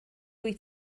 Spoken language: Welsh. wyt